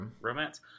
romance